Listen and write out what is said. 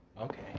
Okay